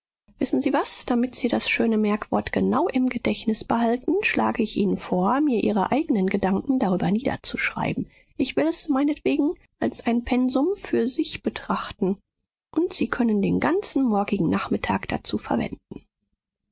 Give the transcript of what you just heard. wissen sie was damit sie das schöne merkwort genau im gedächtnis behalten schlage ich ihnen vor mir ihre eignen gedanken darüber niederzuschreiben ich will es meinetwegen als ein pensum für sich betrachten und sie können den ganzen morgigen nachmittag dazu verwenden